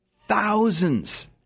Thousands